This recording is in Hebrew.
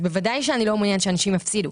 אז בוודאי שאני לא מעוניינת שאנשים יפסידו,